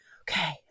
okay